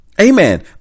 Amen